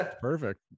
Perfect